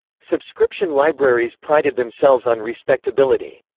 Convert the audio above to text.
subscription libraries prided themselves on respectability.